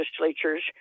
legislatures